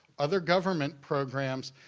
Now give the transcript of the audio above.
other government programs,